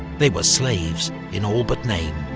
they were slaves in all but name.